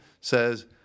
says